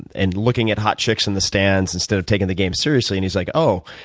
and looking at hot chicks in the stands instead of taking the game seriously. and he's like, oh,